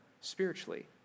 spiritually